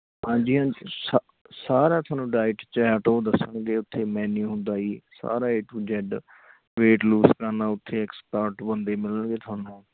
ਹਾਂਜੀ ਹਾਂਜੀ ਸਾ ਸਾਰਾ ਤੁਹਾਨੂੰ ਡਾਇਟ ਚੈਟ ਉਹ ਦੱਸਣਗੇ ਉੱਥੇ ਮੈਨਿਊ ਹੁੰਦਾ ਜੀ ਸਾਰਾ A to Z weight loss ਕਰਨਾ ਉੱਥੇ ਐਕਸਪਰਟ ਬੰਦੇ ਮਿਲਣਗੇ ਤੁਹਾਨੂੰ